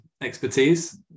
expertise